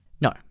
No